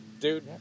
Dude